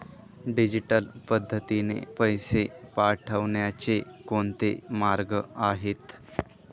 Digital पद्धतीने पैसे पाठवण्याचे कोणते मार्ग आहेत?